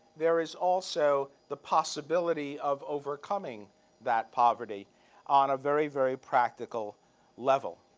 there is also the possibility of overcoming that poverty on a very, very practical level.